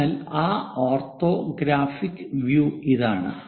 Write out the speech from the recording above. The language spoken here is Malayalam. അതിനാൽ ആ ഓർത്തോഗ്രാഫിക് വ്യൂ ഇതാണ്